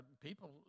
people